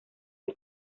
del